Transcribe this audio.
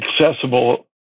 accessible